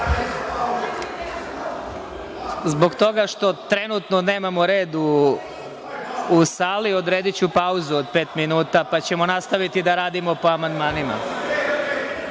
toga što trenutno nemamo red u sali, odrediću pauzu od pet minuta, pa ćemo nastaviti da radimo po amandmanima.(Posle